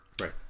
right